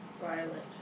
Violet